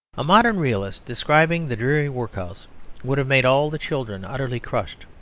a modern realist describing the dreary workhouse would have made all the children utterly crushed,